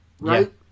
Right